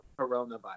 coronavirus